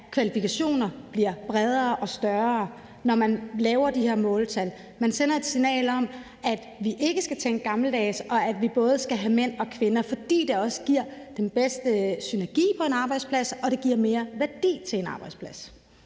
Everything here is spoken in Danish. af kvalifikationer bliver bredere og større, når man laver de her måltal. Man sender et signal om, at vi ikke skal tænke gammeldags, og at vi både skal have mænd og kvinder, fordi det også giver den bedste synergi på en arbejdsplads og det giver mere værdi til en arbejdsplads.